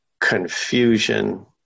confusion